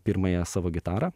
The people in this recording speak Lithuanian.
pirmąją savo gitarą